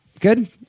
Good